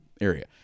area